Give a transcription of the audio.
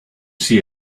see